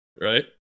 Right